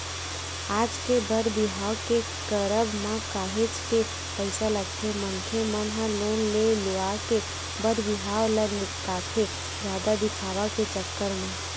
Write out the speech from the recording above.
आज के बर बिहाव के करब म काहेच के पइसा लगथे मनखे मन ह लोन ले लुवा के बर बिहाव ल निपटाथे जादा दिखावा के चक्कर म